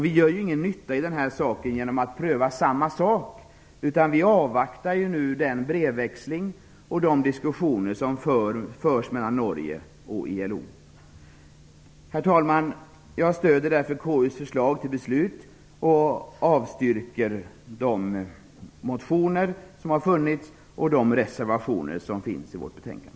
Vi gör ingen nytta genom att pröva samma sak. Vi avvaktar därför nu den brevväxling och de diskussioner som förs mellan Herr talman! Jag yrkar bifall till KU:s förslag till beslut och yrkar avslag på de motioner som behandlas i och de reservationer som finns i vårt betänkande.